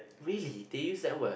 really they use that word